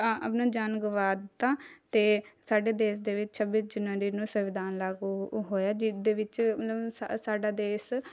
ਆਪਣਾ ਜਾਨ ਗਵਾ ਦਿੱਤਾ ਅਤੇ ਸਾਡੇ ਦੇਸ ਦੇ ਵਿੱਚ ਛੱਬੀ ਜਨਵਰੀ ਨੂੰ ਸੰਵਿਧਾਨ ਲਾਗੂ ਹੋਇਆ ਜਿਸ ਦੇ ਵਿੱਚ ਮਤਲਬ ਸਾਡਾ ਦੇਸ